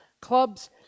clubs